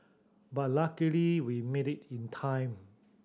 but luckily we made it in time